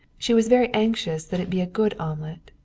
she was very anxious that it be a good omelet.